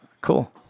cool